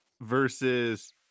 versus